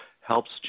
helps